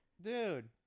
Dude